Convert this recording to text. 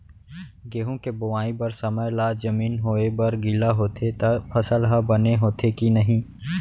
गेहूँ के बोआई बर समय ला जमीन होये बर गिला होथे त फसल ह बने होथे की नही?